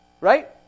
Right